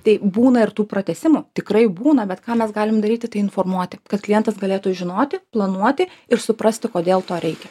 tai būna ir tų pratęsimų tikrai būna bet ką mes galim daryti tai informuoti kad klientas galėtų žinoti planuoti ir suprasti kodėl to reikia